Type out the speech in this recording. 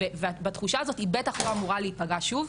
ובתחושה הזאת היא בטח לא אמורה להיפגע שוב.